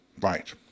right